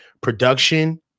production